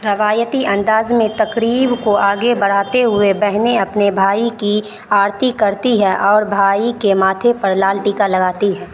روایتی انداز میں تقریب کو آگے بڑھاتے ہوئے بہنیں اپنے بھائی کی آرتی کرتی ہے اور بھائی کے ماتھے پر لال ٹیکا لگاتی ہے